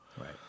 right